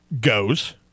goes